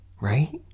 right